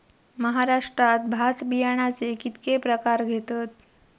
महाराष्ट्रात भात बियाण्याचे कीतके प्रकार घेतत?